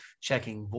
checking